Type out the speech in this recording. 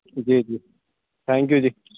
جی جی thank you G